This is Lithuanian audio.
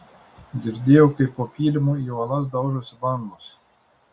girdėjau kaip po pylimu į uolas daužosi bangos